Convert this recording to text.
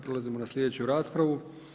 Prelazimo na sljedeću raspravu.